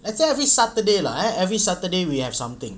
let's say every saturday lah eh every saturday we have something